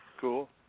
Cool